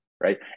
Right